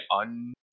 un